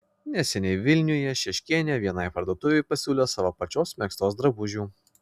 neseniai vilniuje šeškienė vienai parduotuvei pasiūlė savo pačios megztos drabužių